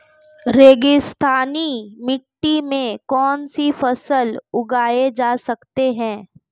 रेगिस्तानी मिट्टी में कौनसी फसलें उगाई जा सकती हैं?